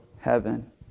heaven